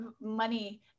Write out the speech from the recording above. money